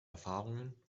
erfahrungen